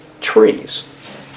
Trees